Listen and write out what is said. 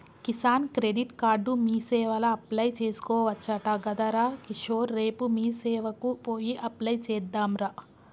Kisan credit card మీసేవల apply చేసుకోవచ్చట గదరా కిషోర్ రేపు మీసేవకు పోయి అప్లై చెద్దాంరా